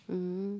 mm